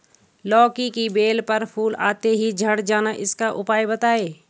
लौकी की बेल पर फूल आते ही झड़ जाना इसका उपाय बताएं?